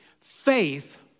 Faith